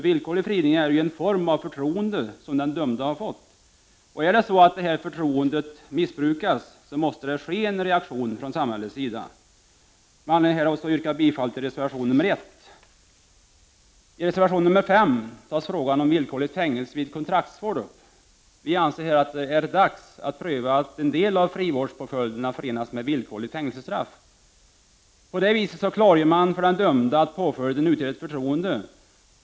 Villkorlig frigivning är en form av förtroende som den dömde har fått. Missbrukas detta förtroende måste det bli en reaktion från samhällets sida. Med anledning härav yrkar jag bifall till reservation nr 1. I reservation nr 5 tas frågan om villkorligt fängelsestraff vid kontraktsvård upp. Vi anser att det är dags att pröva systemet med att en del av frivårdspåföljderna förenas med villkorligt fängelsestraff. På det viset klargör man för den dömde att påföljden utgör ett förtroende.